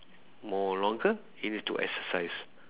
more longer you need to exercise